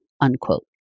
unquote